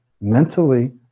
mentally